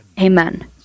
Amen